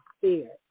fear